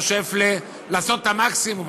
אדם שואף לעשות את המקסימום.